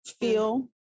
feel